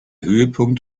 höhepunkt